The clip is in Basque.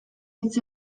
hitz